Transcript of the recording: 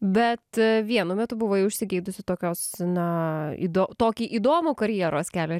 bet vienu metu buvai užsigeidusi tokios na įdo tokį įdomų karjeros kelią